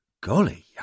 Golly